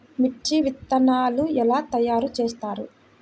మిర్చి విత్తనాలు ఎలా తయారు చేస్తారు?